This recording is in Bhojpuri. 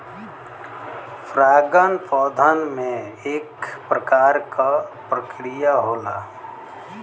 परागन पौधन में एक प्रकार क प्रक्रिया होला